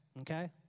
okay